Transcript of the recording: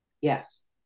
Yes